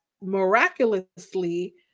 miraculously